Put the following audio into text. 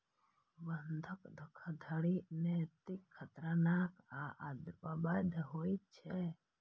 बंधक धोखाधड़ी अनैतिक, खतरनाक आ अवैध होइ छै